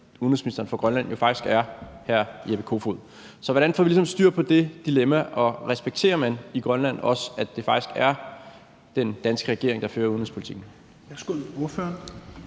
udenrigsministeren for Grønland jo faktisk er hr. Jeppe Kofod. Så hvordan får vi ligesom styr på det dilemma, og respekterer man i Grønland også, at det faktisk er den danske regering, der fører udenrigspolitikken?